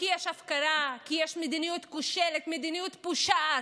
כי יש הפקרה, כי יש מדיניות כושלת, מדיניות פושעת.